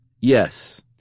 Yes